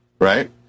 Right